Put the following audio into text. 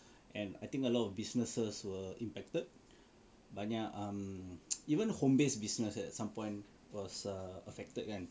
and I think a lot of businesses were impacted banyak um even home based business at some point was err affected kan